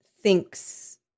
thinks